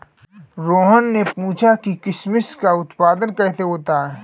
रोहन ने पूछा कि किशमिश का उत्पादन कैसे होता है?